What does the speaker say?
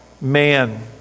man